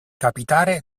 capitare